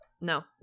no